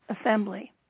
assembly